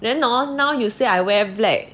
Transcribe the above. then hor now you say I wear black